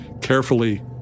carefully